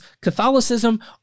Catholicism